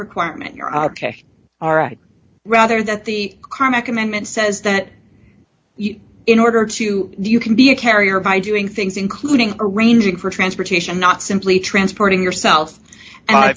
requirement you're all right rather that the comic amendment says that in order to do you can be a carrier by doing things including arranging for transportation not simply transporting yourself a